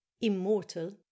immortal